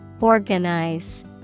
Organize